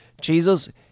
Jesus